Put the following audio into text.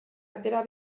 atera